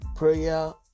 Prayer